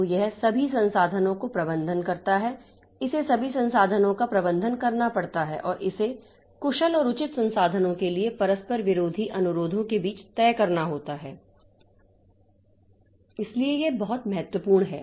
तो यह सभी संसाधनों का प्रबंधन करता है इसे सभी संसाधनों का प्रबंधन करना पड़ता है और इसे कुशल और उचित संसाधनों के लिए परस्पर विरोधी अनुरोधों के बीच तय करना होता है इसलिए यह बहुत महत्वपूर्ण है